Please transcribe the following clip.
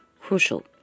crucial